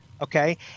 Okay